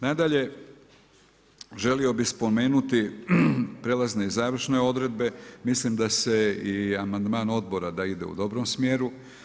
Nadalje, želio bih spomenuti prijelazne i završne odredbe, mislim da se i amandman odbora da ide u dobrom smjeru.